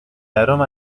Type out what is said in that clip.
aroma